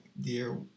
dear